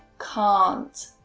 can't,